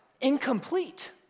incomplete